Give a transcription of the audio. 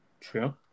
true